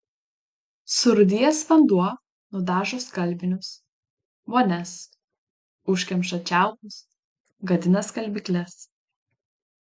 surūdijęs vanduo nudažo skalbinius vonias užkemša čiaupus gadina skalbykles